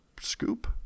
scoop